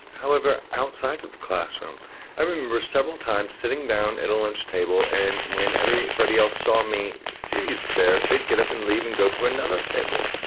however, outside of the classroom i remember several times sitting down at a lunch table and when everybody else saw me sitting there they'd get up and leave and go to another table.